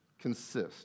consist